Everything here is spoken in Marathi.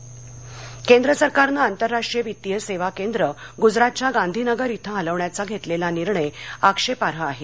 आयएफएससी केंद्र सरकारनं आंतरराष्ट्रीय वित्तीय सेवा केंद्र गुजरातच्या गांधींनगर कें हलवण्याचा घेतलेला निर्णय आक्षेपार्ह आहे